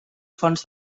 fons